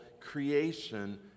creation